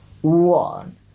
one